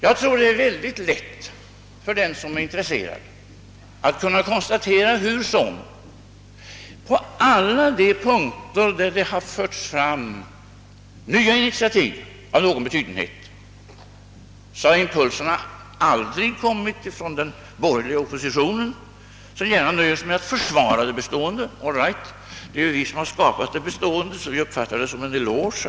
Jag tror att det är mycket lätt för den intresserade att konstatera att impulserna till nya initiativ aldrig kommit från den borgerliga oppositionen, utan att denna nöjt sig med att försvara det bestående. All right, det är ju vi som skapat det bestående så vi kan fatta det som en eloge.